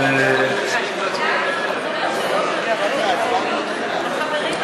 למה שלא נעביר את זה בטרומית?